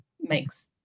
makes